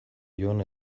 joan